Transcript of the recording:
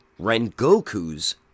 Rengoku's